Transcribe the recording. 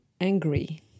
angry